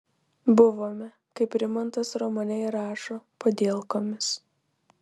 buvome kaip rimantas romane ir rašo padielkomis